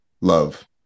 love